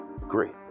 great